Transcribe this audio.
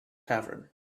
tavern